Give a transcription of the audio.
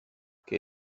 che